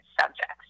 subjects